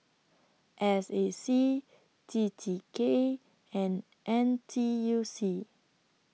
S A C T T K and N T U C